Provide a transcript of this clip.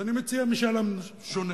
אז אני מציע משאל עם שונה.